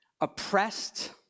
oppressed